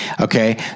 Okay